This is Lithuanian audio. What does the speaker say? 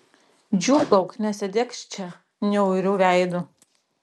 džiūgauk nesėdėk čia niauriu veidu